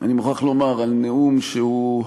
אני מוכרח לומר, על נאום שהוא,